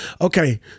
Okay